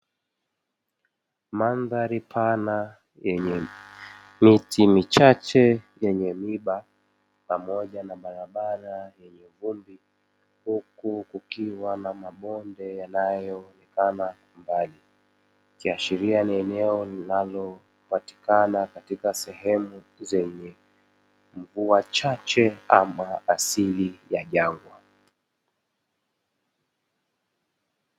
Mandhari pana yenye miti michache yenye miba, pamoja na barabara ya vumbi huku kukiwa na mabonde yanayozama mbali, ikiashiria ni eneo linalopatikana katika sehemu zenye mvua chache ama asili ya jangwa.